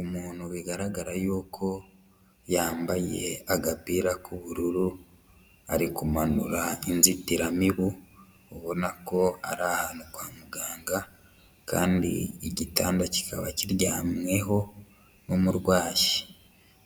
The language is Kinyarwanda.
Umuntu bigaragara yuko yambaye agapira k'ubururu ari kumanura inzitiramibu ubona ko ari ahantu kwa muganga kandi igitanda kikaba kiryamweho n'umurwayi.